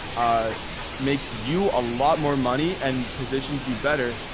ah makes you a lot more money and positions you better,